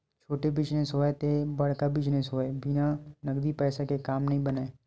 छोटे बिजनेस होवय ते बड़का बिजनेस होवय बिन नगदी पइसा के काम नइ बनय